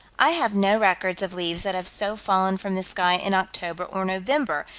i have no records of leaves that have so fallen from the sky in october or november,